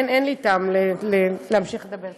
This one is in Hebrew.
אין לי טעם להמשיך לדבר.